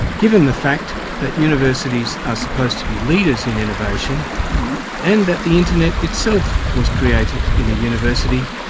given the fact that universities are supposed to be leaders in innovation and that the internet itself was created in a university,